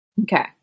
Okay